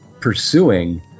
pursuing